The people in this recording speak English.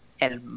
El